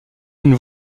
une